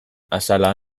azala